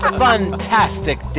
fantastic